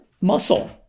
muscle